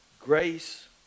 grace